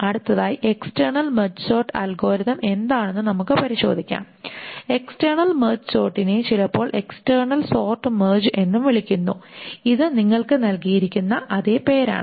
അടുത്തതായി external merge sort algorithm എന്താണെന്നു നമുക്ക് പരിശോധിക്കാം എക്സ്ടെർണൽ മെർജ് സോർട്ടിനെ ചിലപ്പോൾ എക്സ്ടെർണൽ സോർട്ട് മെർജ് എന്നും വിളിക്കുന്നു ഇത് നിങ്ങൾക്ക് നൽകിയിരിക്കുന്ന അതേ പേരാണ്